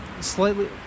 slightly